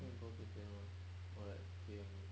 还有很多时间 mah or like okay only